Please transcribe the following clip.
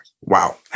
Wow